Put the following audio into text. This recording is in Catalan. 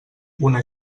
una